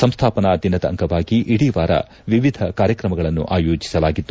ಸಂಸ್ಥಾಪನಾ ದಿನದ ಅಂಗವಾಗಿ ಇಡೀ ವಾರ ವಿವಿಧ ಕಾರ್ಯಗಳನ್ನು ಆಯೋಜಿಸಲಾಗಿತ್ತು